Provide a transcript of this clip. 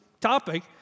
topic